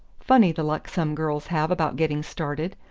funny the luck some girls have about getting started.